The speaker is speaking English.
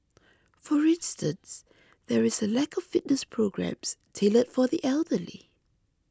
for instance there is a lack of fitness programmes tailored for the elderly